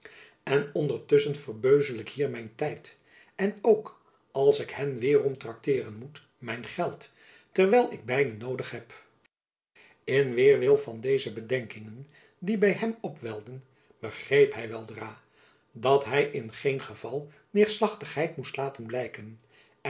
en ondertusschen verbeuzel ik hier mijn tyd en ook als ik hen weêrom trakteeren moet mijn geld terwijl ik beiden noodig heb in weêrwil van deze bedenkingen die by hem opwelden begreep hy weldra dat hy in geen geval neêrslachtigheid moest laten blijken